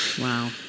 Wow